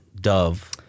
dove